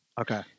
Okay